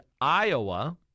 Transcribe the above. Iowa